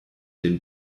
den